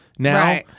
now